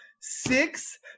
Six